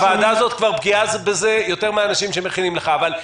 הוועדה הזאת כבר בקיאה בזה יותר מן האנשים שמכינים לך את החומר.